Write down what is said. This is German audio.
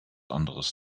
anderes